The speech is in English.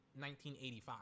1985